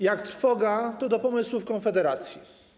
Jak trwoga, to do pomysłów Konfederacji.